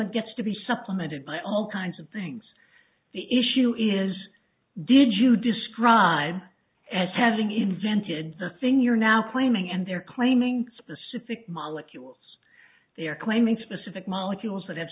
woman gets to be supplemented by all kinds of things the issue is did you describe as having invented the thing you're now claiming and they're claiming specific molecules they're claiming specific molecules that have